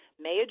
Mayor